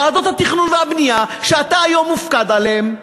ועדות התכנון והבנייה שאתה היום מופקד עליהן,